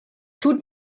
tut